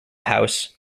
house